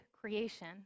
creation